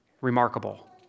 remarkable